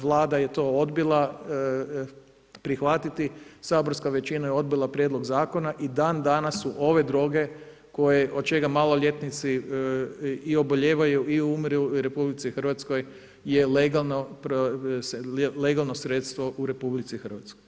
Vlada je to odbila prihvatiti, saborska većina je odbila Prijedlog zakona i dan danas su ove droge od čega maloljetnici i obolijevaju i umiru u RH je legalno sredstvo u RH.